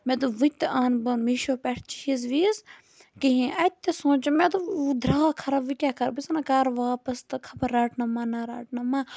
مےٚ دوٚپ وۄنۍ تہِ اَن بہٕ میٖشو پٮ۪ٹھ چیٖز ویٖز کِہیٖنۍ اَتہِ تہِ سوٗنچُم مےٚ دوٚپ وۄنۍ درٛاو خراب وۄنۍ کیٛاہ کَرٕ بہٕ بہٕ چھَس وَنان کَرٕ واپَس تہٕ خبر رَٹنہ ما نہ رَٹنہ ما